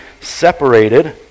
separated